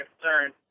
concern